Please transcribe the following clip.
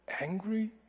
angry